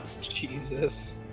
Jesus